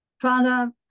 Father